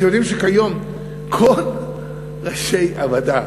אתם יודעים שכיום כל ראשי הוועדה,